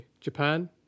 Japan